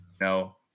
No